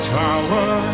tower